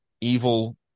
evil